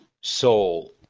soul